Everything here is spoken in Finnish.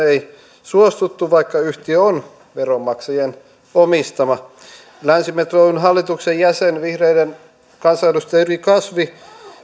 ei suostuttu vaikka yhtiö on veronmaksajien omistama länsimetron hallituksen jäsen vihreiden kansanedustaja jyrki kasvi